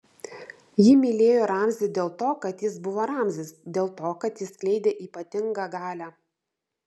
ji mylėjo ramzį dėl to kad jis buvo ramzis dėl to kad jis skleidė ypatingą galią